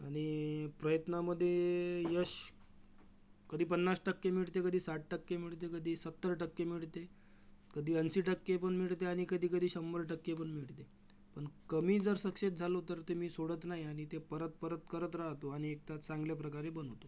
आणि प्रयत्नामधे यश कधी पन्नास टक्के मिलळते कधी साठ टक्के मिळते कधी सत्तर टक्के मिळते कधी ऐंशी टक्के पण मिळते आणि कधीकधी शंभर टक्के पण मिळते पण कमी जर सक्सेस झालो तर ते मी सोडत नाही आणि ते परत परत करत राहातो आणि एकदा चांगल्या प्रकारे बनवतो